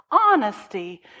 Honesty